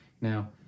Now